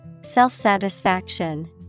Self-satisfaction